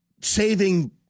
saving